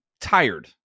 tired